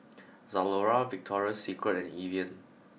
Zalora Victoria Secret and Evian